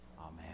Amen